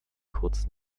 kurz